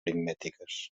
aritmètiques